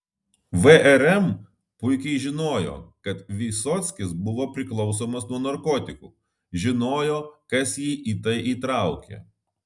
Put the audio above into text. vrm puikiai žinojo kad vysockis buvo priklausomas nuo narkotikų žinojo kas jį į tai įtraukė